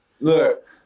look